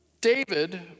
David